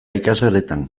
ikasgeletan